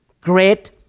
Great